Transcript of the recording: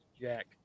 jack